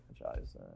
franchise